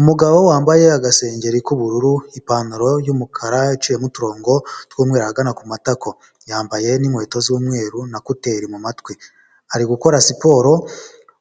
Umugabo wambaye agasengengeri k'ubururu, ipantaro y'umukara yaciyemo uturongo tw'umweru ahagana ku matako yambaye n'inkweto z'umweru na koteri mu matwi ari gukora siporo